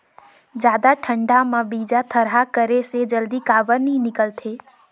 जादा ठंडा म बीजा थरहा करे से जल्दी काबर नी निकलथे?